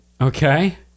okay